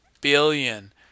billion